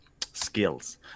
skills